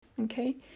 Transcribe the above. Okay